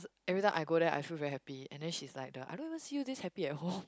every time I go there I feel very happy and then she's like the I don't even see you this happy at home